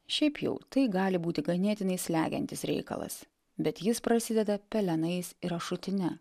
šiaip jau tai gali būti ganėtinai slegiantis reikalas bet jis prasideda pelenais ir ašutine